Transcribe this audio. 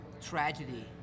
tragedy